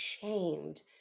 shamed